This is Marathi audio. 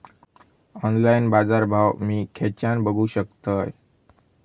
ऑनलाइन बाजारभाव मी खेच्यान बघू शकतय?